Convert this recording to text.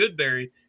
Goodberry